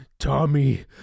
Tommy